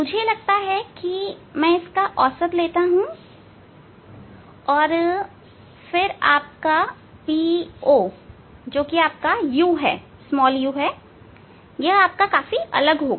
मुझे लगता है मैं इसका औसत लेता हूं और फिर आपका PO बहुत अलग होगा